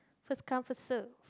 first come first serve